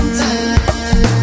time